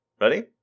Ready